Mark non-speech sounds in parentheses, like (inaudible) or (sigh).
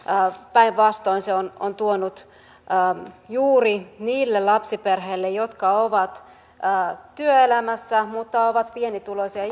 päinvastoin se on on ollut juuri niille lapsiperheille jotka ovat työelämässä mutta ovat pienituloisia (unintelligible)